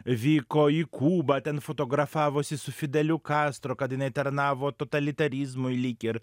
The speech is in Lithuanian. vyko į kubą ten fotografavosi su fideliu kastro kad jinai tarnavo totalitarizmui lyg ir